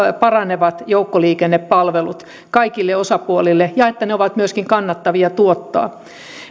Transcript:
paranevat joukkoliikennepalvelut kaikille osapuolille ja että ne ovat myöskin kannattavia tuottaa